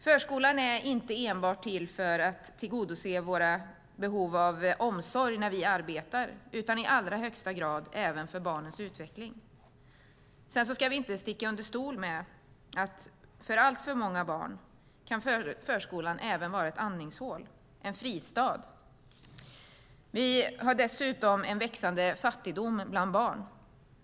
Förskolan är inte enbart till för att tillgodose våra behov av barnomsorg när vi arbetar utan i allra högsta grad även för barnens utveckling. Sedan ska vi inte sticka under stol med att för alltför många barn kan förskolan även vara ett andningshål - en fristad. Vi har dessutom en växande fattigdom bland barn.